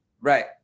Right